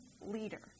leader